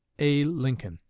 a. lincoln.